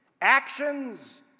actions